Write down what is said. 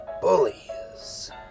bullies